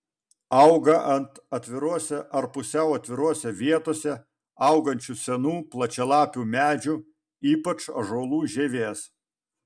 auga ant atvirose ar pusiau atvirose vietose augančių senų plačialapių medžių ypač ąžuolų žievės